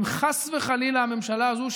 אם חס וחלילה הממשלה הזאת,